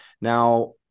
Now